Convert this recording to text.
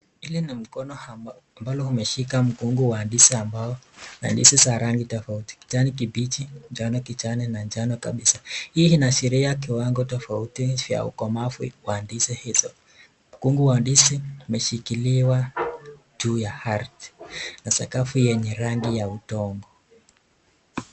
Hili ni mkono ambalo umeshika mkungu wa ndizi ambao na ndizi za rangi tofauti kijani kibichi, njano kijani na njano kabisaa. Hii inaasharia viwango tofauti vya ukomavu wa ndizi hizo, mkungu wa ndizi umeshikiliwa juu ya ardhi na sakafu yenye rangi ya udongo.